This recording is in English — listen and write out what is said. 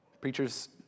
Preachers